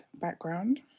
background